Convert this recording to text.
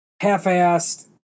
half-assed